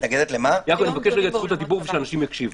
יעקב, אני מבקש את זכות הדיבור, ושאנשים יקשיבו.